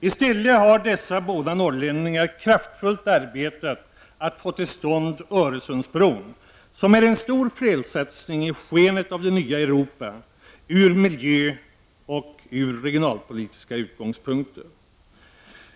I stället har dessa båda norrlänningar kraftfullt arbetat för att få till stånd Öresundsbron, som är en stor felsatsning i skenet av det nya Europa, från miljöoch regionalpolitiska utgångspunkter.